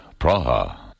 Praha